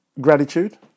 gratitude